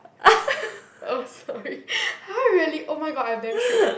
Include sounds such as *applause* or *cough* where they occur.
*laughs* oh sorry *laughs* !huh! really oh my god I'm damn shook eh